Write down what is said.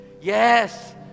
Yes